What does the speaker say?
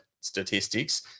statistics